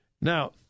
Now